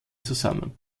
zusammen